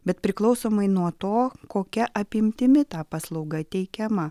bet priklausomai nuo to kokia apimtimi ta paslauga teikiama